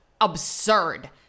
absurd